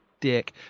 Dick